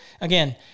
again